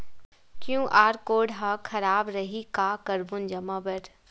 QR code हा खराब रही का करबो जमा बर?